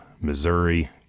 Missouri